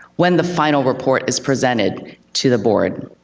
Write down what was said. when the final report is presented to the board.